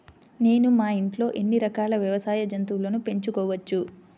నేను మా ఇంట్లో ఎన్ని రకాల వ్యవసాయ జంతువులను పెంచుకోవచ్చు?